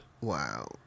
Wow